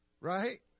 right